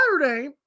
Saturday